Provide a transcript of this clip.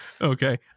okay